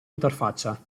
interfaccia